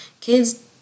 kids